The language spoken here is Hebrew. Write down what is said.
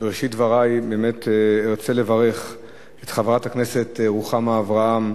בראשית דברי ארצה לברך את חברת הכנסת רוחמה אברהם,